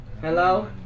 Hello